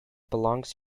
belongs